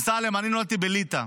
אמסלם, אני נולדתי בליטא,